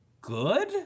good